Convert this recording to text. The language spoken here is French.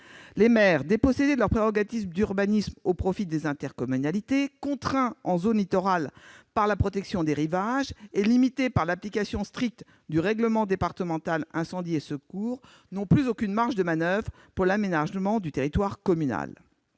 Les maires, dépossédés de leurs prérogatives d'urbanisme au profit des intercommunalités, contraints en zone littorale par la protection des rivages et limités par l'application stricte du règlement départemental incendie et secours, n'ont plus aucune marge de manoeuvre pour l'aménagement du territoire communal.